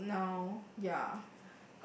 uh now ya